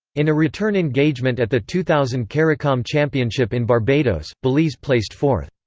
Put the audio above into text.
in a return engagement at the two thousand caricom championship in barbados, belize placed fourth.